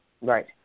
Right